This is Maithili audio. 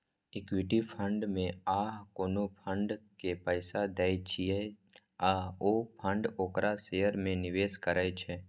इक्विटी फंड मे अहां कोनो फंड के पैसा दै छियै आ ओ फंड ओकरा शेयर मे निवेश करै छै